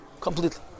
completely